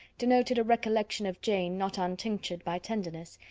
denoted a recollection of jane not untinctured by tenderness,